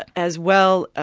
as well, ah